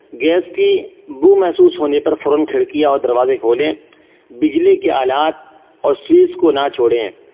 gas کی بو محسوس ہونے پر فوراً کھڑکیاں اور دروازے کھولیں بجلی کے آلات اور سویچ کو نہ چھوڑیں